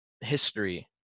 history